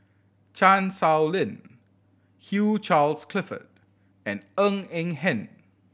Chan Sow Lin Hugh Charles Clifford and Ng Eng Hen